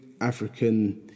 African